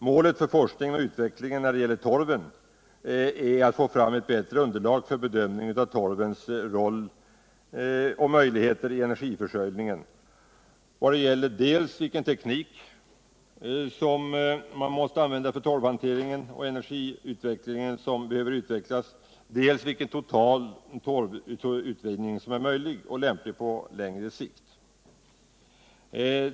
Målet för forskningen och utvecklingen när det gäller torv är att ta fram bättre underlag för bedömningen av torvens möjliga roll i energiförsörjningen och det gäller dels vilken teknik för torvhantering och encergiutvinning som behöver utvecklas, dels vilken total torvutvinning som är möjlig och lämplig på längre sikt.